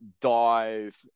dive